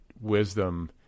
wisdom